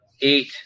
Eight